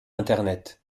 internet